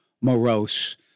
morose